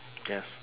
yes